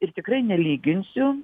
ir tikrai nelyginsiu